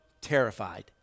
terrified